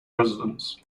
residents